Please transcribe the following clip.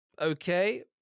Okay